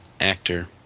actor